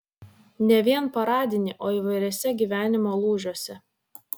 ne vien paradinį o įvairiuose gyvenimo lūžiuose